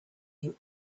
you